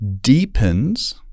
deepens